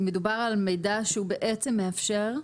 מדובר על מידע שהוא בעצם מאפשר?